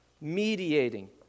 mediating